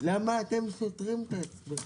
למה אתם סותרים את עצמכם?